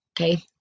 Okay